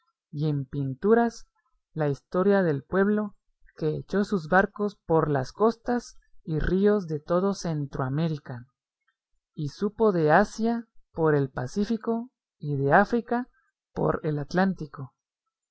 y en pinturas la historia del pueblo que echó sus barcos por las costas y ríos de todo centroamérica y supo de asia por el pacífico y de áfrica por el atlántico